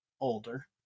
older